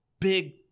big